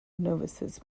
novices